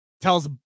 tells